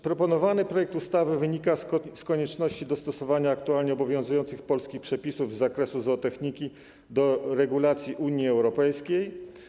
Proponowany projekt ustawy wynika z konieczności dostosowania aktualnie obowiązujących polskich przepisów z zakresu zootechniki do regulacji Unii Europejskiej.